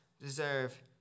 deserve